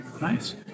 Nice